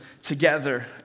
together